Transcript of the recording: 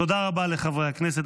תודה רבה לחברי הכנסת.